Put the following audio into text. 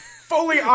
Fully